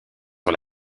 sur